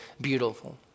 beautiful